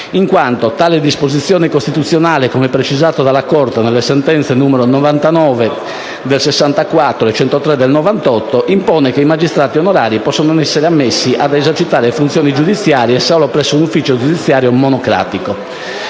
in quanto tale disposizione costituzionale, come precisato dalla Corte costituzionale nelle sentenze n. 99 del 1964 e n. 103 del 1998, impone che i magistrati onorari possono essere ammessi ad esercitare funzioni giudiziarie soltanto presso un ufficio giudiziario monocratico.